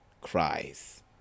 cries